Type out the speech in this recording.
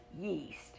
yeast